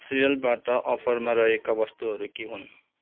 सिरलबाट अफरमा रहेका वस्तुहरू के हुन्